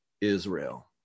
Israel